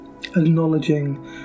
acknowledging